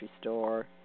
store